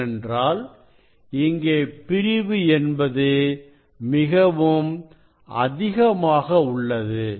ஏனென்றால் இங்கே பிரிவு என்பது மிகவும் அதிகமாக உள்ளது